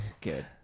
good